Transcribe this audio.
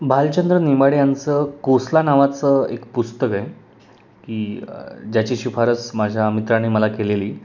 भालचंद्र नेमाडे यांचं कोसला नावाचं एक पुस्तक आहे की ज्याची शिफारस माझ्या मित्रांनी मला केलेली